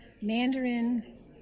Mandarin